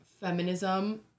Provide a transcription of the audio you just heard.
feminism